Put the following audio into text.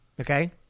Okay